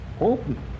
open